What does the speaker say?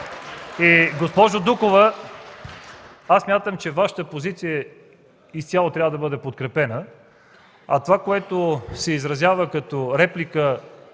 Госпожо Дукова, смятам, че Вашата позиция изцяло трябва да бъде подкрепена. Това, което се изразява от реплика